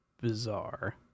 bizarre